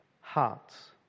hearts